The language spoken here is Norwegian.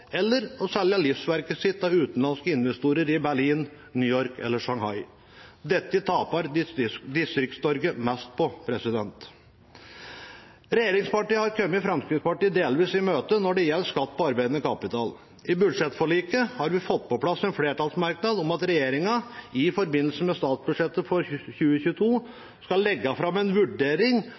å selge livsverket sitt til utenlandske investorer i Berlin, New York eller Shanghai. Dette taper Distrikts-Norge mest på. Regjeringspartiene har kommet Fremskrittspartiet delvis i møte når det gjelder skatt på arbeidende kapital. I budsjettforliket har vi fått på plass en flertallsmerknad om at regjeringen i forbindelse med statsbudsjettet for 2022 skal legge fram en vurdering